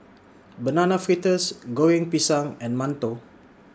Banana Fritters Goreng Pisang and mantou